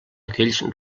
aquells